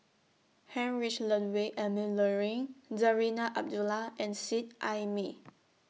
Heinrich Ludwig Emil Luering Zarinah Abdullah and Seet Ai Mee